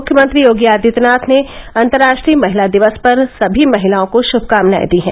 मुख्यमंत्री योगी आदित्यनाथ ने अंतर्राष्ट्रीय महिला दिवस पर सभी महिलाओं को श्भकामनाएं दी हैं